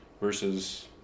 versus